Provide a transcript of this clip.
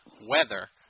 weather